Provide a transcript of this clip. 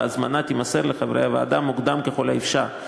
וההזמנה תימסר לחברי הוועדה מוקדם ככל האפשר.